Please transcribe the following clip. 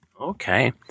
Okay